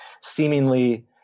seemingly